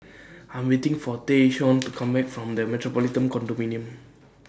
I Am waiting For Tayshaun to Come Back from The Metropolitan Condominium